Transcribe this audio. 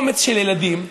קומץ של ילדים,